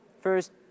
First